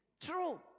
True